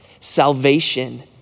Salvation